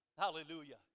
Hallelujah